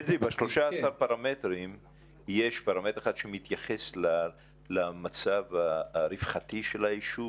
ב-13 הפרמטרים יש פרמטר אחד שמתייחס למצב הרווחה של היישוב,